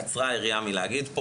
קצרה היריעה מלהגיד,